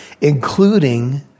including